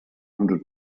hundred